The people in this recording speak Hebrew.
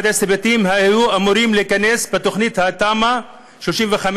11 הבתים היו אמורים להיכנס לתמ"א 35,